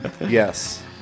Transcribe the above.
Yes